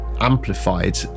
amplified